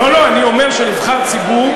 לא, לא, אני אומר שנבחר ציבור,